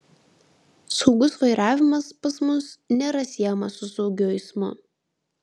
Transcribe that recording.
saugus vairavimas pas mus nėra siejamas su saugiu eismu